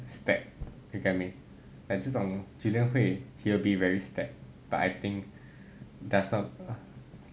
step you get what I mean like 这种 julian 会 he'll be very step but I think does not